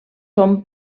són